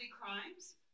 Crimes